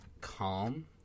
calm